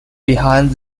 behind